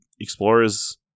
Explorer's